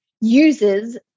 uses